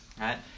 right